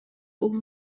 бул